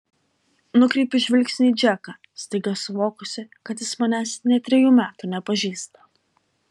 nukreipiu žvilgsnį į džeką staiga suvokusi kad jis manęs nė trejų metų nepažįsta